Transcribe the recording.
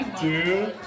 two